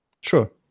sure